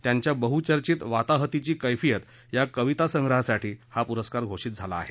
त्यांच्या बहुचर्चित वाताहतीची कैफियत या कवितासंग्रहासाठी हा पुरस्कार घोषित करण्यात आला आहे